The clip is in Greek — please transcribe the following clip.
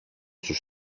σου